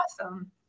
awesome